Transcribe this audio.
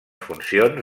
funcions